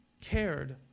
cared